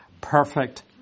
perfect